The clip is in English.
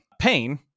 pain